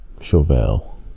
Chauvel